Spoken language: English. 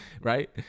right